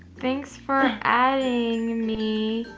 thanks for adding me.